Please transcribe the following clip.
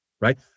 right